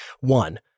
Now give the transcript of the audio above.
one